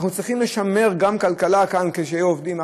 ואנחנו צריכים לשמר כאן גם כלכלה כדי שיהיו עובדים.